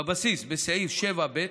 בסעיף 7(ב)